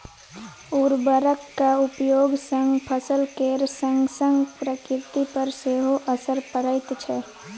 उर्वरकक उपयोग सँ फसल केर संगसंग प्रकृति पर सेहो असर पड़ैत छै